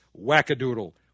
wackadoodle